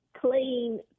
clean